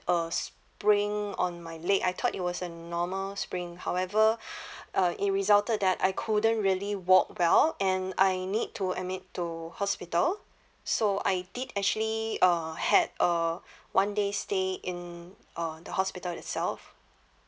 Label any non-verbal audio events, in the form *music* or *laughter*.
a spring on my leg I thought it was a normal spring however *breath* uh it resulted that I couldn't really walk well and I need to admit to hospital so I did actually uh had a one day stay in uh the hospital itself